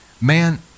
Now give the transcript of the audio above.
man